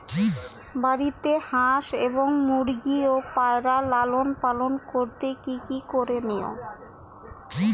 বাড়িতে হাঁস এবং মুরগি ও পায়রা লালন পালন করতে কী কী করণীয়?